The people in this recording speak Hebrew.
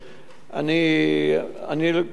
אני כרגע באמת,